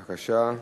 בבקשה.